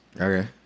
Okay